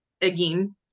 again